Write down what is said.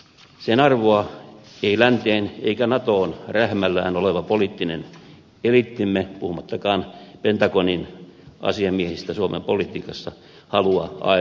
sen arvoa ei länteen eikä natoon rähmällään oleva poliittinen eliittimme puhumattakaan pentagonin asiamiehistä suomen politiikassa halua aina tunnustaa